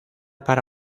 para